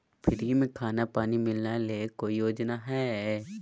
Free में खाना पानी मिलना ले कोइ योजना हय?